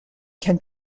can